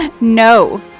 No